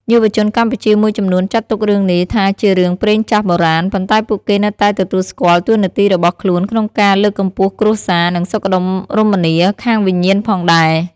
យុវជនកម្ពុជាមួយចំនួនចាត់ទុករឿងនេះថាជារឿងព្រេងចាស់បុរាណ ប៉ុន្តែពួកគេនៅតែទទួលស្គាល់តួនាទីរបស់ខ្លួនក្នុងការលើកកម្ពស់គ្រួសារ និងសុខដុមរមនាខាងវិញ្ញាណផងដែរ។